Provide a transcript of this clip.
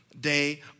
day